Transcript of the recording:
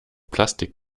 plastik